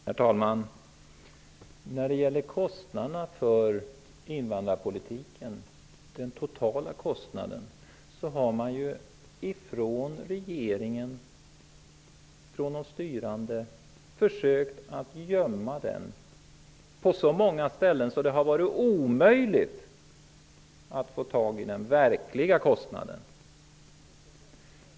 Herr talman! Regeringen, de styrande har försökt att gömma den totala kostnaden för invandrarpolitiken. Man har försökt gömma den på så många ställen att det har varit omöjligt att få tag i den verkliga kostnaden.